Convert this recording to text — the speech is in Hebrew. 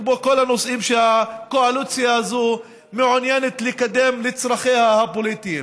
כמו כל הנושאים שהקואליציה הזו מעוניינת לקדם לצרכיה הפוליטיים.